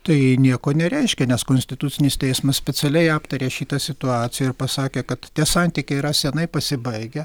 tai nieko nereiškia nes konstitucinis teismas specialiai aptarė šitą situaciją ir pasakė kad tie santykiai yra senai pasibaigę